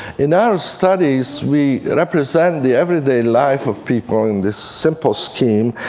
in our studies, we represent the everyday life of people in this simple scheme.